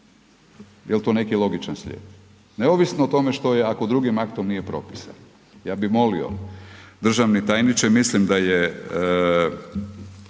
Jel' to neki logičan slijed? Neovisno o tome što je ako drugim aktom nije propisano, ja bi molio državni tajniče, mislim da je